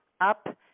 up